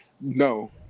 no